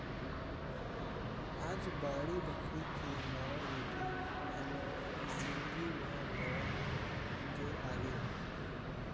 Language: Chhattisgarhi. आज बाड़ी बखरी के नांव लेके हमर जिनगी म नवा अंजोर आगे